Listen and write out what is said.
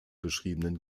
beschriebenen